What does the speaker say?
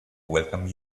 welcome